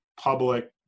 public